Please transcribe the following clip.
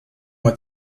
uma